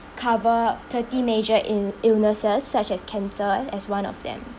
cover thirty major ill~ illnesses such as cancer as one of them